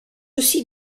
aussi